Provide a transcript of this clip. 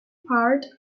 part